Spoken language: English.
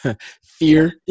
fear